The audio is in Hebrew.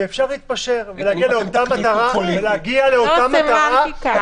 ואפשר להתפשר ולהגיע לאותה מטרה --- זה לא סמנטיקה.